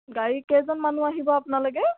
গাড়ী কেইজন মানুহ আহিব আপোনালোকে